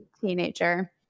teenager